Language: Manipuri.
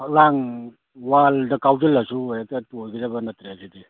ꯐꯛꯂꯥꯡ ꯋꯥꯜꯗ ꯀꯥꯎꯁꯤꯜꯂꯁꯨ ꯍꯦꯛꯇ ꯇꯣꯏꯒꯗꯕ ꯅꯠꯇ꯭ꯔꯦ ꯁꯤꯗꯤ